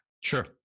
Sure